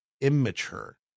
immature